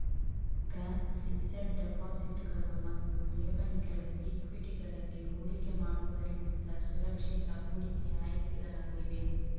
bank fixed ಡೆಪಾಸಿಟುಗಳು ಮತ್ತು ಠೇವಣಿಗಳು ಈಕ್ವಿಟಿಗಳಲ್ಲಿ ಹೂಡಿಕೆ ಮಾಡುವುದಕ್ಕಿಂತ ಸುರಕ್ಷಿತ ಹೂಡಿಕೆ ಆಯ್ಕೆಗಳಾಗಿವೆ